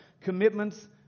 commitments